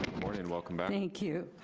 morning, welcome back. thank you.